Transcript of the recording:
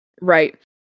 Right